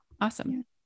awesome